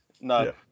No